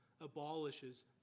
abolishes